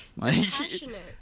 Passionate